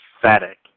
pathetic